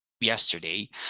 yesterday